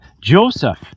Joseph